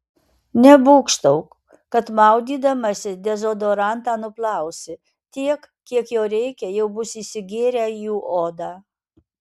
nebūgštauk kad maudydamasi dezodorantą nuplausi tiek kiek jo reikia jau bus įsigėrę į odą